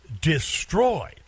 destroyed